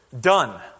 Done